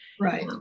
Right